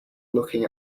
looking